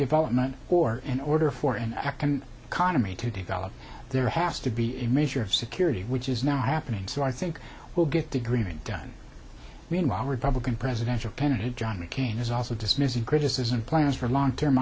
development or in order for in iraq and qana me to develop there has to be a measure of security which is not happening so i think we'll get the green done meanwhile republican presidential candidate john mccain is also dismissing criticism plans for a long term